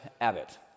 Abbott